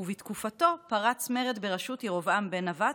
ובתקופתו פרץ מרד בראשות ירבעם בן נבט,